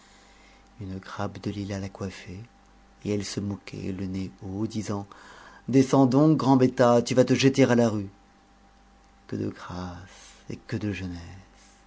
une grappe de lilas la coiffait et elle se moquait le nez haut disant descends donc grand bêta tu vas te jeter à la rue que de grâce et que de jeunesse